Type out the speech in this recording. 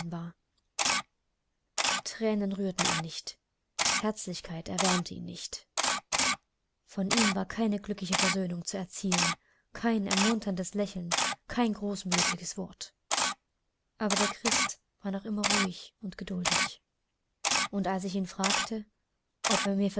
thränen rührten ihn nicht herzlichkeit erwärmte ihn nicht von ihm war keine glückliche versöhnung zu erzielen kein ermunterndes lächeln kein großmütiges wort aber der christ war noch immer ruhig und geduldig und als ich ihn fragte ob